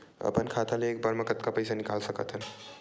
अपन खाता ले एक बार मा कतका पईसा निकाल सकत हन?